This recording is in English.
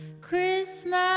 Christmas